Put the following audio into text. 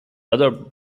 other